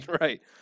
Right